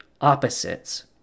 opposites